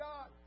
God